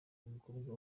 umukobwa